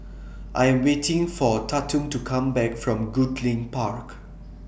I Am waiting For Tatum to Come Back from Goodlink Park